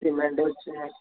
cement అవి వచ్చినాయా